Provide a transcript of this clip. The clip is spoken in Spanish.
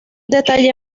detalle